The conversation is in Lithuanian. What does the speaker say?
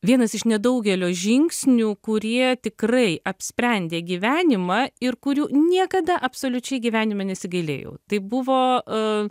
vienas iš nedaugelio žingsnių kurie tikrai apsprendė gyvenimą ir kurių niekada absoliučiai gyvenime nesigailėjau tai buvo a